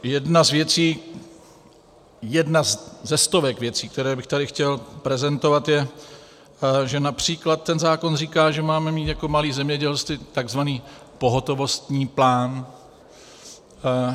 Jedna z věcí, jedna ze stovek věcí, které bych tady chtěl prezentovat, je, že například ten zákon říká, že máme mít jako malé zemědělství takzvaný pohotovostní plán.